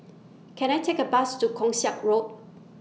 Can I Take A Bus to Keong Saik Road